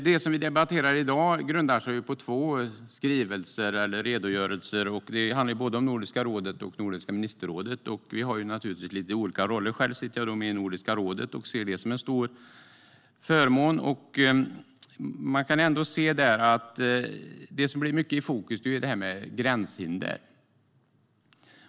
Det som vi debatterar i dag grundar sig på två skrivelser eller redogörelser. Det handlar om både Nordiska rådet och Nordiska ministerrådet. Vi har naturligtvis lite olika roller. Själv sitter jag med i Nordiska rådet och ser det som en stor förmån. Det som hamnar mycket i fokus är gränshinder.